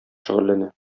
шөгыльләнә